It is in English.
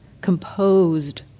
Composed